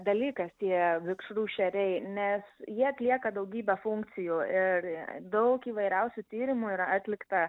dalykas tie vikšrų šeriai nes jie atlieka daugybę funkcijų ir daug įvairiausių tyrimų yra atlikta